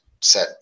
set